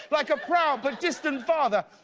like a proud but distant father.